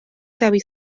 dewi